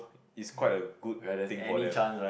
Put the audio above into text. it's quite a good thing for them